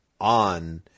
on